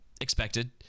expected